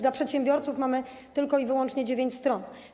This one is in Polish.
Dla przedsiębiorców mamy tylko i wyłącznie 9 stron.